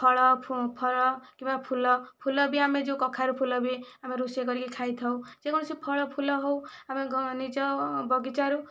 ଫଳ ଫଳ କିମ୍ବା ଫୁଲ ଫୁଲ ବି ଆମେ ଯେଉଁ କଖାରୁ ଫୁଲ ବି ଆମେ ରୋଷେଇ କରିକି ଖାଇ ଥାଉ ଯେକୌଣସି ଫଳ ଫୁଲ ହେଉ ଆମେ ନିଜ ବଗିଚାରୁ